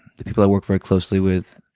the people i work very closely with,